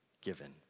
given